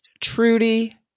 trudy